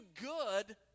good